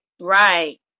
Right